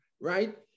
right